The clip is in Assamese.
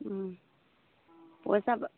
পইচা